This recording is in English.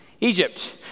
Egypt